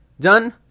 Done